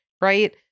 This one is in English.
right